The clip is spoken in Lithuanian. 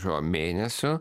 šiuo mėnesiu